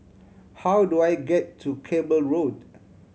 how do I get to Cable Road